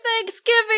Thanksgiving